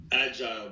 agile